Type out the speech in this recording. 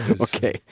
Okay